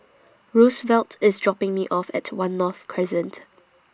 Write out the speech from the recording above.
Roosevelt IS dropping Me off At one North Crescent